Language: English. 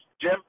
Jim